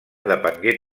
depengué